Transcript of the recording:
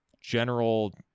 General